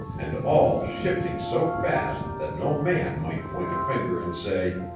and all shifting so fast that no man might point a finger and say,